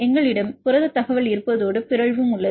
எங்களிடம் புரதத் தகவல் இருப்பதோடு பிறழ்வும் உள்ளது